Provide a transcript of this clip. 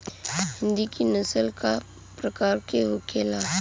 हिंदी की नस्ल का प्रकार के होखे ला?